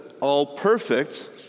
all-perfect